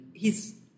hes